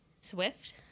Swift